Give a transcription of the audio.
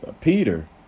Peter